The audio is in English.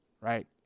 right